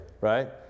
right